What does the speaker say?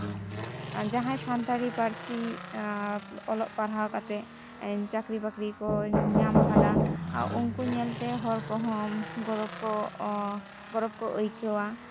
ᱟᱨ ᱡᱟᱸᱦᱟᱭ ᱥᱟᱱᱛᱟᱲᱤ ᱯᱟᱹᱨᱥᱤ ᱚᱞᱚᱜ ᱯᱟᱲᱦᱟᱣ ᱠᱟᱛᱮ ᱪᱟᱠᱨᱤ ᱵᱟᱠᱨᱤ ᱠᱚ ᱧᱟᱢᱟᱠᱟᱫᱟ ᱩᱱᱠᱩ ᱧᱮᱞᱛᱮ ᱦᱚᱲ ᱠᱚᱦᱚᱸ ᱜᱚᱨᱚᱵ ᱠᱚ ᱜᱚᱨᱚᱵ ᱠᱚ ᱟᱹᱭᱠᱟᱹᱣᱟ